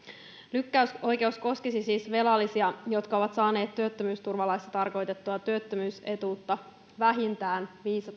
lykkäysoikeus koskisi siis velallisia jotka ovat saaneet työttömyysturvalaissa tarkoitettua työttömyysetuutta vähintään